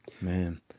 Man